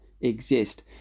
exist